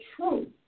truth